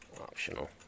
optional